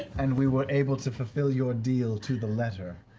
and we were able to fulfill your deal to the letter,